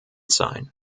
sein